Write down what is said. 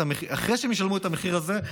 אחרי שהם ישלמו את המחיר הזה,